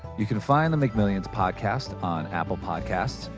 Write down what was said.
you can find the mcmillions podcast on apple podcasts,